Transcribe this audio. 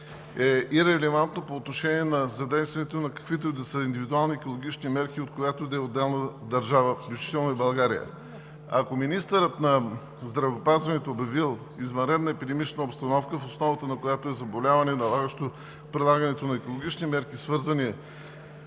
е ирелевантно по отношение на задействането на каквито и да са индивидуални екологични мерки от която и да е отделна държава, включително и България. Ако министърът на здравеопазването е обявил извънредна епидемична обстановка, в основата на която е заболяване, налагащо прилагането на екологични мерки, свързани